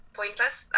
pointless